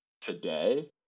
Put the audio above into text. today